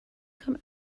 come